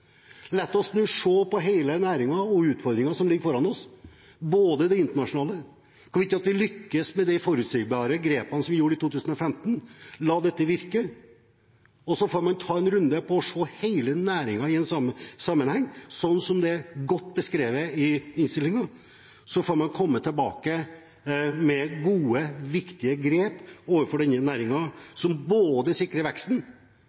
nå. La oss se på hele næringen og utfordringene som ligger foran oss – det gjelder det internasjonale, hvorvidt vi lykkes med de forutsigbare grepene som vi gjorde i 2015, og la dette virke. Så får man ta en runde og se hele næringen i sammenheng, slik som det er godt beskrevet i innstillingen. Og så får man komme tilbake med gode, viktige grep overfor denne næringen som både sikrer veksten,